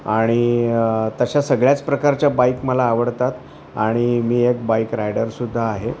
आणि तशा सगळ्याच प्रकारच्या बाईक मला आवडतात आणि मी एक बाईक रायडरसुद्धा आहे